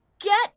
Get